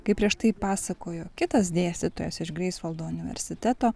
kaip prieš tai pasakojo kitas dėstytojas iš greifsvaldo universiteto